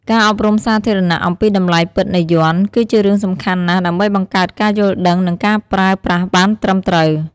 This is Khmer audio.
ការអប់រំសាធារណៈអំពីតម្លៃពិតនៃយ័ន្ត គឺជារឿងសំខាន់ណាស់ ដើម្បីបង្កើតការយល់ដឹង និងការប្រើប្រាស់បានត្រឹមត្រូវ។